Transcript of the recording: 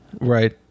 right